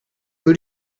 who